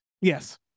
yes